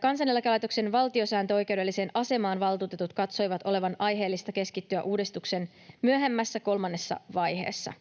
Kansaneläkelaitoksen valtiosääntöoikeudelliseen asemaan valtuutetut katsoivat olevan aiheellista keskittyä uudistuksen myöhemmässä, kolmannessa vaiheessa.